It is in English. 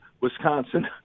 Wisconsin